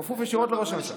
הוא כפוף ישירות לראש הממשלה.